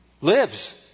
lives